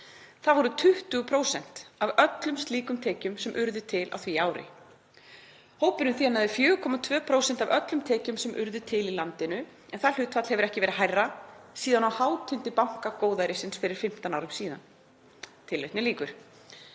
Það voru 20 prósent af öllum slíkum tekjum sem urðu til á því ári. Hópurinn þénaði 4,2 prósent af öllum tekjum sem urðu til í landinu, en það hlutfall hefur ekki verið hærra síðan á hátindi bankagóðærisins fyrir 15 árum síðan.“ Hvers